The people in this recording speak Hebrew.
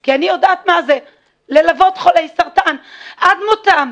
כי אני יודעת מה זה ללוות חולי סרטן עד מותם,